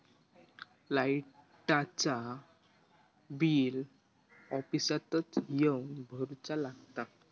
लाईटाचा बिल ऑफिसातच येवन भरुचा लागता?